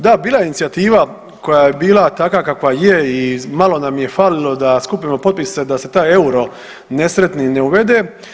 Da bila je inicijativa koja je bila takva kakva je i malo nam je falilo da skupimo potpise da se taj euro nesretni ne uvede.